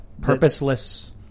Purposeless